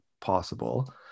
possible